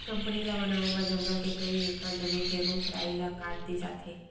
company ल बनाए बर जंगल के कइ एकड़ जमीन के रूख राई ल काट दे जाथे